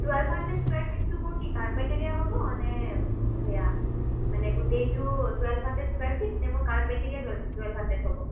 twelve hundred square ফিটটো মোৰ কি কাৰ্পেট এৰিয়া হ'ব নে সেয়া মানে গোটেইটো টুৱেল্ভ হানড্ৰেড স্কুৱাৰ ফিট নে মোৰ carpet area to twelve hundred হ'ব